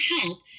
help